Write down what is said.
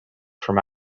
from